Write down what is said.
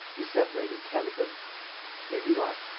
he separated ten of them here you are.